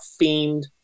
themed